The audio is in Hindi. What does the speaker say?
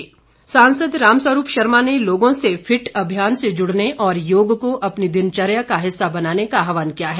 रामस्वरूप सांसद रामस्वरूप शर्मा ने लोगों से फिट अभियान से जुड़ने और योग को अपनी दिनचर्या का हिस्सा बनाने का आहवान किया है